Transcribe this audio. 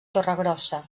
torregrossa